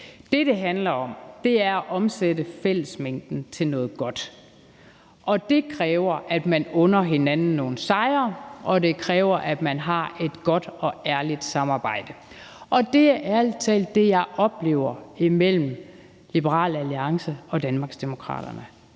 Det, det handler om, er at omsætte fællesmængden til noget godt. Det kræver, at man under hinanden nogle sejre, og det kræver, at man har et godt og ærligt samarbejde, og det er ærlig talt det, jeg oplever imellem Liberal Alliance og Danmarksdemokraterne.